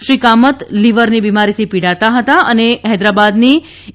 શ્રીકામત લિવરની બિમારીથી પીડાતા હતા અને હૈદરાબાદની એ